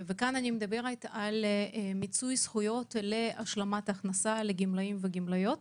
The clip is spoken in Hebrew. אני מדברת על מיצוי זכויות להשלמת הכנסה לגמלאים וגמלאיות.